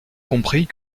compris